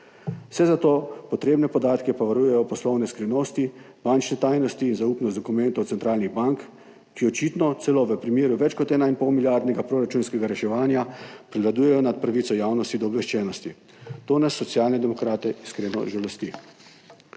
Vse za to potrebne podatke pa varujejo poslovne skrivnosti, bančne tajnosti in zaupnost dokumentov centralnih bank, ki očitno celo v primeru več kot 1,5-milijardnega proračunskega reševanja prevladujejo nad pravico javnosti do obveščenosti. To nas Socialne demokrate iskreno žalosti.